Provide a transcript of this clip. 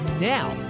now